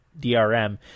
DRM